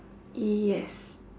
yes